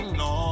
no